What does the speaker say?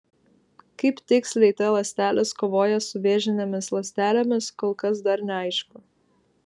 kaip tiksliai t ląstelės kovoja su vėžinėmis ląstelėmis kol kas dar neaišku